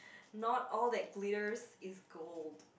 not all that glitters is gold